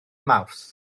mawrth